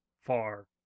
far